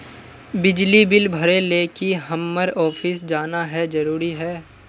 बिजली बिल भरे ले की हम्मर ऑफिस जाना है जरूरी है?